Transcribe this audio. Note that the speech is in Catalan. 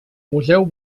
museu